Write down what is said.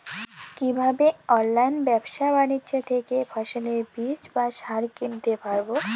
কীভাবে অনলাইন ব্যাবসা বাণিজ্য থেকে ফসলের বীজ বা সার কিনতে পারবো?